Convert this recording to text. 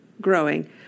growing